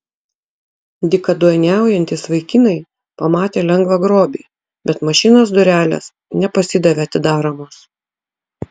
dykaduoniaujantys vaikinai pamatė lengvą grobį bet mašinos durelės nepasidavė atidaromos